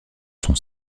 son